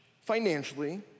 financially